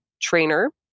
trainer